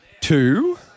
Two